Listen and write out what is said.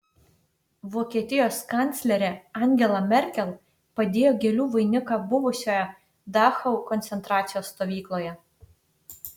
vokietijos kanclerė angela merkel padėjo gėlių vainiką buvusioje dachau koncentracijos stovykloje